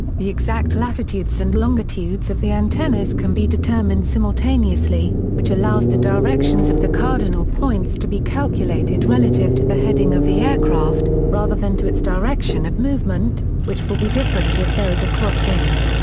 the exact latitudes and longitudes of the antennas can be determined simultaneously, which allows the directions of the cardinal points to be calculated relative to the heading of the aircraft, rather than to its direction of movement, which will be different if there is a crosswind.